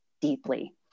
deeply